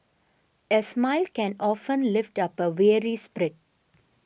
a smile can often lift up a weary spirit